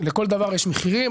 לכל דבר יש מחירים,